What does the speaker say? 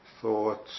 thoughts